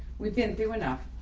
we've been through enough.